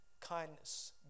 kindness